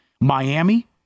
Miami